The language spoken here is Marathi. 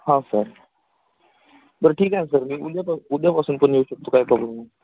हां सर बरं ठीक आहे सर मी उद्या प उद्यापासून पण येऊ शकतो काय प्रॉब्लेम नाही